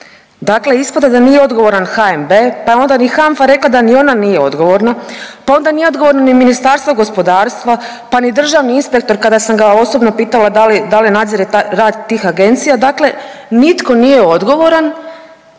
Dakle, ispada da nije odgovoran HNB, pa je onda i HANFA rekla da ni ona nije odgovorna, pa onda nije odgovorno ni Ministarstvo gospodarstva, pa ni državni inspektor kada sam ga osobno pitala da li nadzire rad tih agencija. Dakle, nitko nije odgovoran,